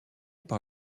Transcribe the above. par